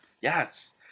Yes